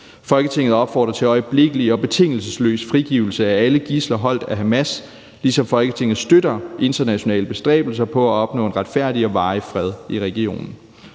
Folketinget opfordrer til øjeblikkelig og betingelsesløs frigivelse af alle gidsler holdt af Hamas, ligesom Folketinget støtter internationale bestræbelser på at opnå en retfærdig og varig fred i regionen«.